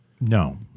No